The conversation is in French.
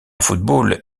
football